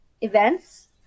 events